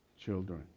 children